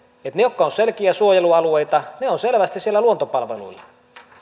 että ne jotka ovat selkeitä suojelualueita ovat selvästi siellä luontopalveluilla